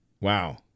wow